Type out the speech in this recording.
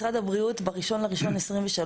משרד הבריאות עשה היסטוריה ב-1 בינואר 2023,